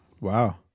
Wow